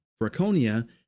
Braconia